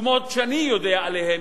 דוגמאות שאני יודע עליהן,